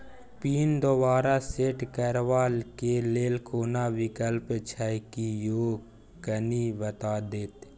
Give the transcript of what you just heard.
Pin दोबारा set करबा के लेल कोनो विकल्प छै की यो कनी बता देत?